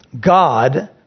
God